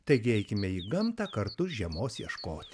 taigi eikime į gamtą kartu žiemos ieškoti